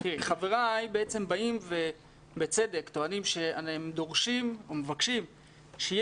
חבריי באים ובצדק טוענים שהם דורשים או מבקשים שיהיה